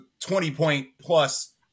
20-point-plus